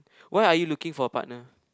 why are you looking for a partner